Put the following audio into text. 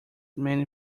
many